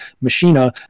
Machina